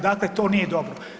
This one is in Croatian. Dakle, to nije dobro.